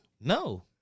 No